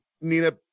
Nina